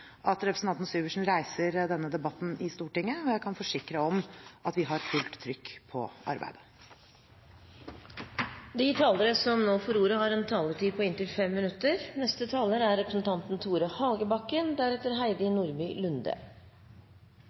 at representanten Syversen reiser denne debatten i Stortinget. Jeg kan forsikre om at vi har fullt trykk på arbeidet. I hovedtrekk er heldigvis norsk arbeidsliv seriøst og ryddig. Likevel er det mye som er